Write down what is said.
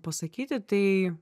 pasakyti tai